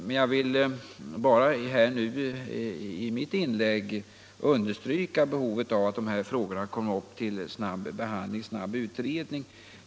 Men jag vill i mitt inlägg understryka behovet av att frågorna kommer upp till snabb utredning.